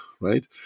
right